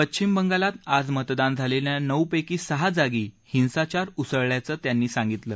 पश्चिम बंगालात आज मतदान झालेल्या नऊपैकी सहा जागी हिंसाचार उसळल्याचं त्यांनी सांगितलं